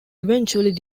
eventually